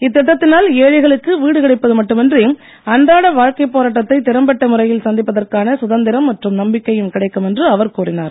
இத்திட்டத்தினால் ஏழைகளுக்கு வீடு கிடைப்பது மட்டுமின்றி அன்றாட வாழ்க்கை போராட்டத்தை திறம்பட்ட முறையில் சந்திப்பதற்கான சுதந்திரம் மற்றும் நம்பிக்கையும் கிடைக்கும் என்று அவர் கூறினார்